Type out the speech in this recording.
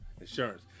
insurance